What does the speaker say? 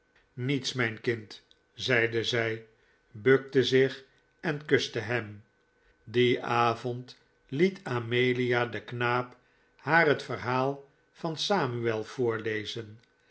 niets mijn kind zeide zij bukte zich en kuste hem dien avond liet amelia den knaap haar het verhaal van samuel voorlezen